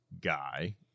guy